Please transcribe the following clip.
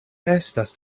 estas